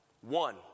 One